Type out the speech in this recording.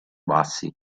bassi